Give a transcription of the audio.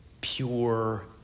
pure